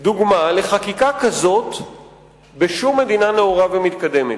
דוגמה לחקיקה כזאת בשום מדינה נאורה ומתקדמת.